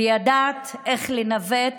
וידעת איך לנווט